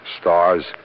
stars